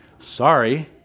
Sorry